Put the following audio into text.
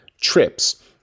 trips